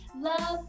love